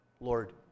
Lord